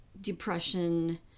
depression